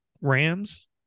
Rams